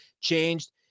changed